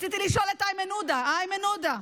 רציתי לשאול את איימן עודה, איימן עודה,